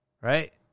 Right